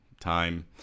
time